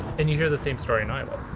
and you hear the same story in iowa.